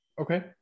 Okay